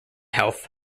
health